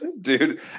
Dude